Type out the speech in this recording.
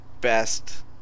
best